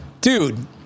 dude